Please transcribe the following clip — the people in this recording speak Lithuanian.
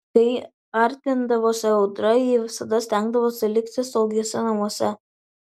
kai artindavosi audra ji visada stengdavosi likti saugiuose namuose